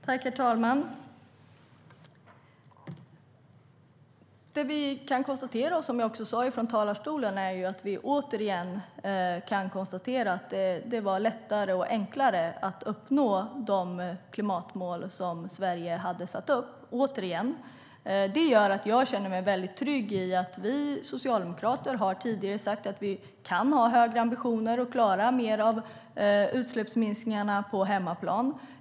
Herr talman! Det vi kan konstatera är att det var lättare och enklare att uppnå de klimatmål som Sverige hade satt upp. Jag känner mig väldigt trygg med att vi socialdemokrater har sagt att vi kan ha högre ambitioner och klara mer av utsläppsminskningarna på hemmaplan.